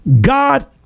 God